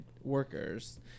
workers